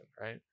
right